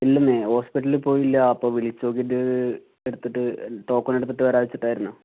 ഇല്ലെന്നെ ഹോസ്പിറ്റലിൽ പോയില്ല അപ്പോൾ വിളിച്ച് നോക്കിയിട്ട് എടുത്തിട്ട് ടോക്കൺ എടുത്തിട്ട് വരാം വച്ചിട്ടായിരുന്നു